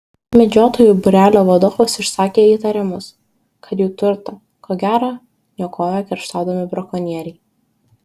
medžiotojų būrelio vadovas išsakė įtarimus kad jų turtą ko gero niokoja kerštaudami brakonieriai